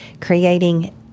creating